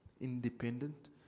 Independent